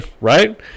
Right